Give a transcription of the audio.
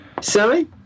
Sorry